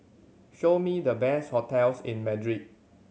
show me the best hotels in Madrid